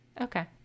Okay